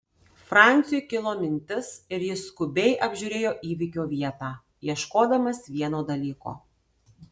franciui kilo mintis ir jis skubiai apžiūrėjo įvykio vietą ieškodamas vieno dalyko